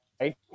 right